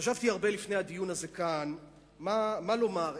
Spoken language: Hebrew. חשבתי הרבה לפני הדיון הזה כאן מה לומר,